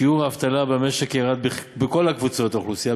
שיעור האבטלה במשק ירד בכל קבוצות האוכלוסייה,